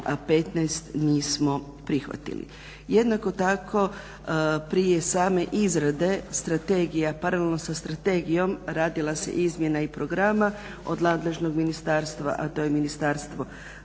a 15 nismo prihvatili. Jednako tako prije same izrade strategija paralelno sa strategijom radila se i izrada programa od nadležnog ministarstva, a to je Ministarstvo